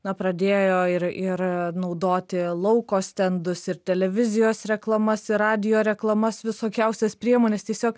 na pradėjo ir ir naudoti lauko stendus ir televizijos reklamas ir radijo reklamas visokiausias priemones tiesiog